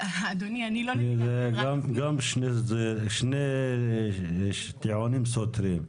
אלה שני טיעונים סותרים.